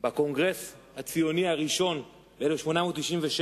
בקונגרס הציוני הראשון ב-1897.